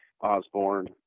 Osborne